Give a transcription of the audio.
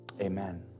Amen